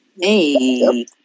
Hey